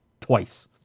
twice